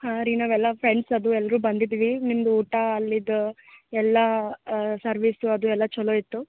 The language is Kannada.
ಹಾಂ ರೀ ನಾವೆಲ್ಲ ಫ್ರೆಂಡ್ಸ್ ಅದು ಎಲ್ಲರೂ ಬಂದಿದ್ವಿ ನಿಮ್ದು ಊಟ ಅಲ್ಲಿದು ಎಲ್ಲ ಸರ್ವಿಸು ಅದು ಎಲ್ಲ ಛಲೋ ಇತ್ತು